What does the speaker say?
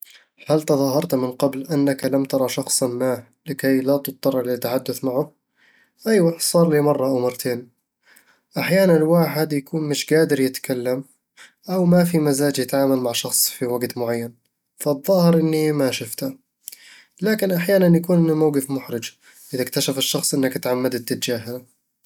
هل تظاهرت من قبل أنك لم ترَ شخصًا ما لكي لا تضطر للتحدث معه؟ ايوه، صار لي مرة أو مرتين أحيانًا يكون الواحد مش قادر يتكلم أو ما في مزاج يتعامل مع شخص في وقت معين، فأتظاهر إني ما شفته لكن أحيانًا يكون الموقف محرج إذا اكتشف الشخص أنك تعمدت تتجاهله